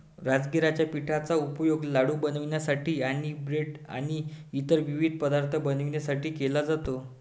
राजगिराच्या पिठाचा उपयोग लाडू बनवण्यासाठी आणि ब्रेड आणि इतर विविध पदार्थ बनवण्यासाठी केला जातो